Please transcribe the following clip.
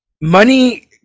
Money